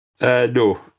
No